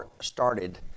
started